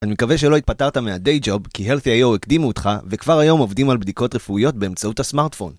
אני מקווה שלא התפטרת מה-Day Job כי Healthy.io הקדימו אותך וכבר היום עובדים על בדיקות רפואיות באמצעות הסמארטפון.